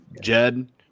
Jed